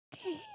Okay